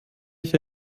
ich